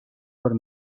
por